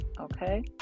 okay